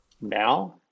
now